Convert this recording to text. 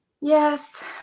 Yes